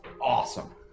awesome